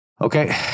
Okay